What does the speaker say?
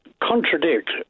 contradict